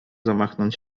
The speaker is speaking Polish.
zamachnąć